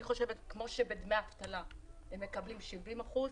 אני חושבת שכמו שבדמי אבטלה הם מקבלים 70 אחוזים,